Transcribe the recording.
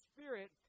Spirit